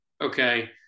okay